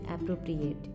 appropriate